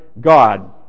God